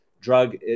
Drug